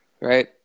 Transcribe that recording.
Right